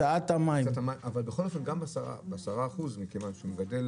אבל בכל אופן גם 10% מכיוון שהוא מגדל